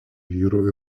vyrų